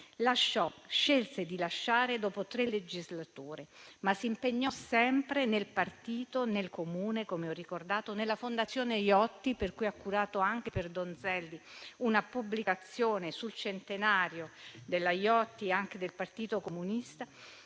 Lasciò, scelse di lasciare dopo tre legislature, ma si impegnò sempre nel partito, nel Comune, come ho ricordato, nella Fondazione Iotti, per cui ha curato anche per Donzelli una pubblicazione sul centenario di Nilde Iotti e anche del Partito Comunista,